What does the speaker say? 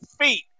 feet